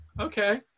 okay